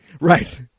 Right